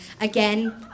Again